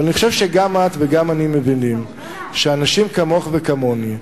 אני חושב שגם את וגם אני מבינים שאנשים כמוך וכמוני,